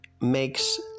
makes